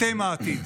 אתם העתיד.